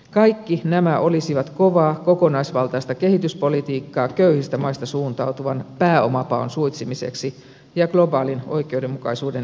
kaikki nämä olisivat kovaa kokonaisvaltaista kehityspolitiikkaa köyhistä maista suuntautuvan pääomapaon suitsimiseksi ja globaalin oikeudenmukaisuuden edistämiseksi